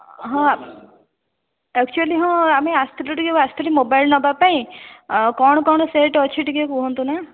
ହଁ ଆକ୍ଚୁଆଲି ହଁ ଆମେ ଆସିଥିଲୁ ଟିକିଏ ଆସିଥିଲି ମୋବାଇଲ ନେବାପାଇଁ କ'ଣ କ'ଣ ସେଟ୍ ଅଛି ଟିକିଏ କହନ୍ତୁ ନା